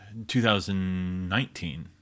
2019